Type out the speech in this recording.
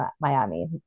miami